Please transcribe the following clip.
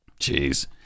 Jeez